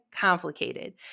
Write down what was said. complicated